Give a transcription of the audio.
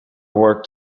worked